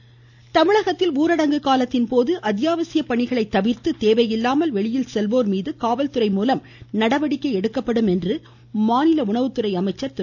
காமராஜ் தமிழகத்தில் ஊரடங்கு காலத்தின்போது அத்தியாவசிய பணிகளை தவிர்த்து தேவையில்லாமல் வெளியில் செல்வோர் மீது காவல்துறை மூலம் நடவடிக்கை எடுக்கப்படும் என மாநில உணவுத்துறை அமைச்சர் திரு